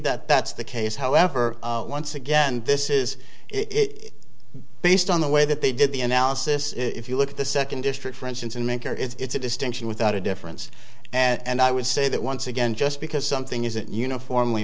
that that's the case however once again and this is it based on the way that they did the analysis if you look at the second district for instance in medicare it's a distinction without a difference and i would say that once again just because something is it uniformly